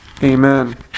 Amen